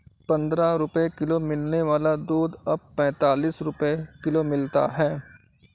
पंद्रह रुपए किलो मिलने वाला दूध अब पैंतालीस रुपए किलो मिलता है